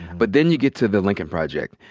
but then you get to the lincoln project.